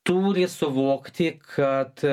turi suvokti kad